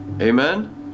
Amen